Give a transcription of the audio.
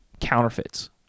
counterfeits